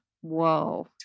Whoa